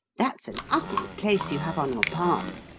that's an ugly place you have on your palm.